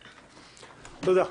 תודה.